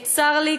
צר לי,